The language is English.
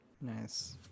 Nice